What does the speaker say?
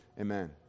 Amen